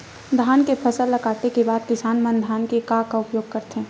धान के फसल ला काटे के बाद किसान मन धान के का उपयोग करथे?